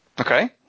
Okay